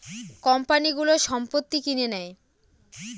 কোম্পানিগুলো সম্পত্তি কিনে নেয়